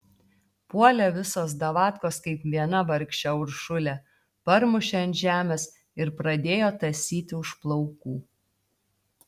puolė visos davatkos kaip viena vargšę uršulę parmušė ant žemės ir pradėjo tąsyti už plaukų